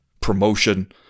promotion